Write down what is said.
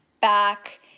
back